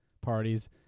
parties